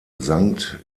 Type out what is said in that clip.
sankt